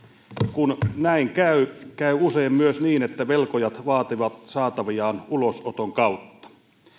kun näin käy käy usein myös niin että velkojat vaativat saataviaan ulosoton kautta